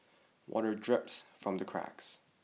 water drips from the cracks